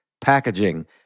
packaging